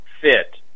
fit